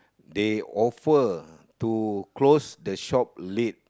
they offer to close the shop late